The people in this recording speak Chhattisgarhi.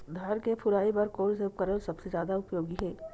धान के फुनाई बर कोन से उपकरण सबले जादा उपयोगी हे?